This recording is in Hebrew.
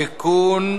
(תיקון),